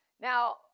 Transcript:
Now